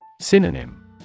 Synonym